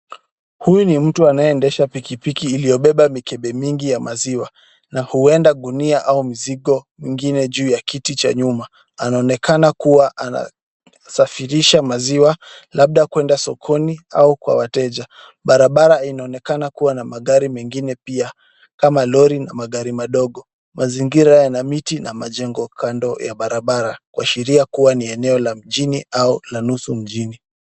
Huyu ni mtu anayeendesha pikipiki iliyobeba mikebe mingi ya maziwa na huenda gunia au mizigo mingine juu ya kiti cha nyuma. Anaonekana kuwa anasafirisha maziwa labda kwenda sokoni au kwa wateja. Barabara inaonekana kuwa na magari mengine pia kama lori na magari madogo. Mazingira yana miti na majengo kando ya barabara kuashuria kuwa ni eleo la mjini au la nusu mjini.